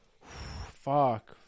fuck